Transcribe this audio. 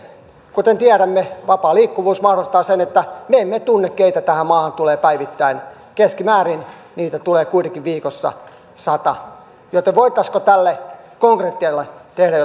kuten tiedämme vapaa liikkuvuus mahdollistaa sen että me emme tiedä keitä tähän maahan tulee päivittäin keskimäärin heitä tulee kuitenkin viikossa sata joten voitaisiinko tälle konkretialle tehdä